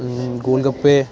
gol gappe